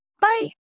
Bye